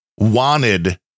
Wanted